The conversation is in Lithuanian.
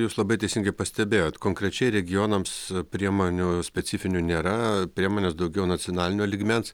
jūs labai teisingai pastebėjot konkrečiai regionams priemonių specifinių nėra priemonės daugiau nacionalinio lygmens